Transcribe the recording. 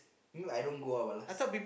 me I don't go out ah last